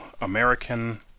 American